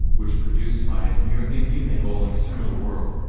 which produced by its mere thinking the whole external ah world.